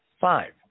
five